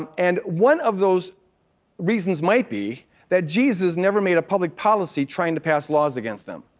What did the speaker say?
and and one of those reasons might be that jesus never made a public policy trying to pass laws against them.